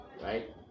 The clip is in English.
Right